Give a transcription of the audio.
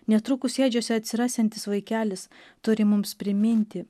netrukus ėdžiose atsirasiantis vaikelis turi mums priminti